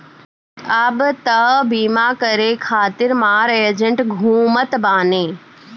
अब तअ बीमा करे खातिर मार एजेन्ट घूमत बाने